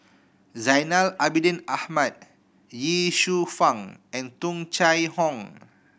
Zainal Abidin Ahmad Ye Shufang and Tung Chye Hong